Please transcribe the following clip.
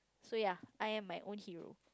so ya I am my own hero